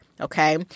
Okay